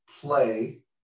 play